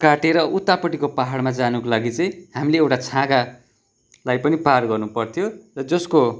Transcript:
काटेर उतापट्टिको पाहाडमा जानुको लागि चाहिँ हामीले एउटा छाँगालाई पनि पार गर्नु पर्थ्यो र जसको